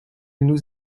nous